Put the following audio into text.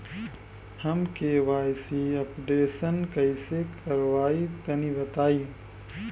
हम KYC updation कइसे करवाई तनि बताई?